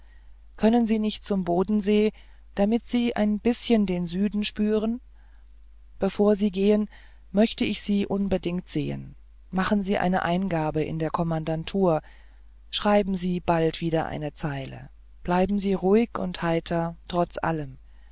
können sie nicht zum bodensee damit sie ein bißchen den süden spüren bevor sie gehen möchte ich sie unbedingt sehen machen sie eine eingabe in der kommandantur schreiben sie bald wieder eine zeile bleiben sie ruhig und heiter trotz alledem